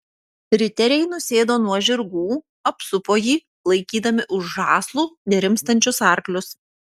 riteriai nusėdo nuo žirgų apsupo jį laikydami už žąslų nerimstančius arklius